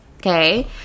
okay